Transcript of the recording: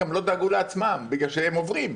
גם לא דאגו לעצמם בגלל שהם עוברים.